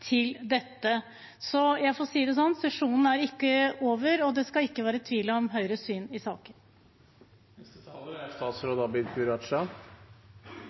til dette. Jeg får si det sånn: Sesjonen er ikke over, og det skal ikke være tvil om Høyres syn i saken.